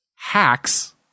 Hacks